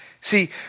See